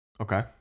Okay